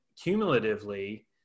cumulatively